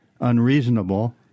unreasonable